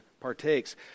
partakes